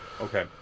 Okay